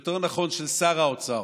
יותר נכון, של שר האוצר.